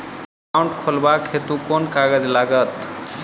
Account खोलाबक हेतु केँ कागज लागत?